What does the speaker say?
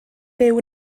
byw